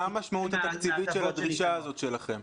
מה המשמעות התקציבית של הדרישה הזאת שלכם?